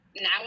now